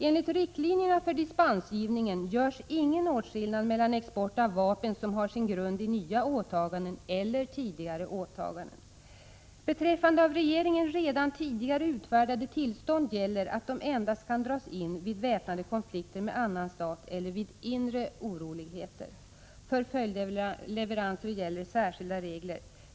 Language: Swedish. Enligt riktlinjerna för dispensgivningen görs ingen åtskillnad mellan export av vapen som har sin grund i nya åtaganden —-—-— eller tidigare åtaganden ———. Beträffande av regeringen redan tidigare utfärdade tillstånd gäller att de endast kan dras in vid väpnade konflikter med annan stat eller vid inre oroligheter. För följdleveranser —-- gäller särskilda regler.